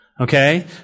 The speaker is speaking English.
okay